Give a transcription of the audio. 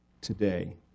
today